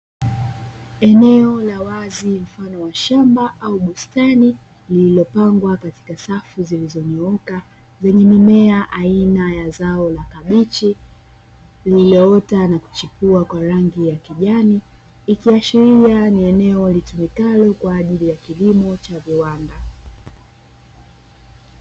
Eneo la wazi mfano wa shamba au bustani lililopangwa katika safu zilizonyooka, zenye mimea aina ya zao la kabichi, lililoota na kuchipua kwa rangi ya kijani, ikiashiria ni eneo litumikalo kwa ajili ya kilimo cha viwanda.